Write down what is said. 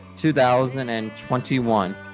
2021